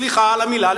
סליחה על המלה,